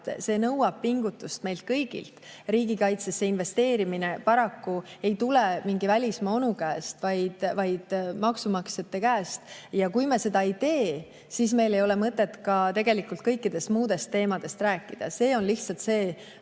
see nõuab pingutust meilt kõigilt. Riigikaitsesse investeerimise raha paraku ei tule mingi välismaa onu käest, vaid maksumaksjate käest. Ent kui me seda ei tee, siis meil ei ole tegelikult mõtet ka kõikidest muudest teemadest rääkida. Olukord on lihtsalt